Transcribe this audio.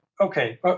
okay